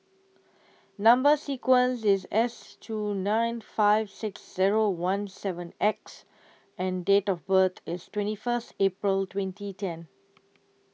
Number sequence IS S two nine five six Zero one seven X and Date of birth IS twenty First April twenty ten